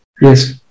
Yes